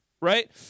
right